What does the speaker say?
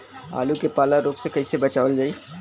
आलू के पाला रोग से कईसे बचावल जाई?